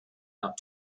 out